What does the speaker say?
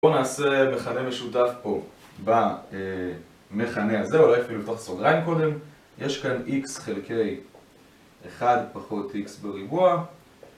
בוא נעשה מכנה משותף פה במכנה הזה, אולי אפילו לפתוח סוגריים קודם, יש כאן x חלקי 1 פחות x בריבוע